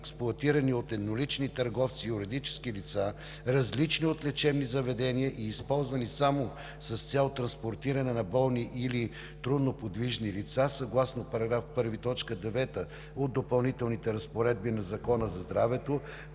експлоатирани от еднолични търговци и юридически лица, различни от лечебни заведения, и използвани само с цел транспортиране на болни или трудноподвижни лица съгласно § 1, т. 9 от Допълнителната разпоредба на Закона за здравето,